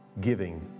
giving